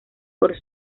por